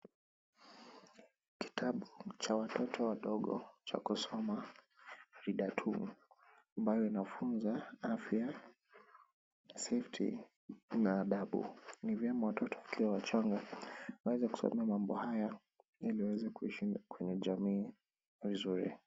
Kitabu cha watoto wadogo cha kusoma Reader two ambayo inafunza afya, safety na adabu. Ni vyema watoto wakiwa wachanga wanaweza kusoma mambo haya ili waweze kuishi kwenye jamii vizuri.